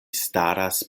staras